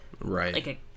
Right